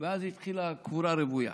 ואז התחילה הקבורה הרוויה.